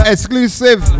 Exclusive